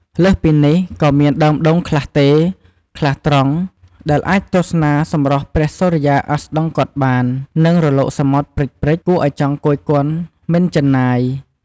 លើសពីនេះ ក៏មានដើមដូងខ្លះទេរ ខ្លះត្រង់ ដែលអាចទស្សនាសម្រស់ព្រះសុរិយាអស្តង្គតបាន និងរលកសមុទ្រព្រិចៗ គួរឱ្យចង់គយគន់មិនជិនណាយ។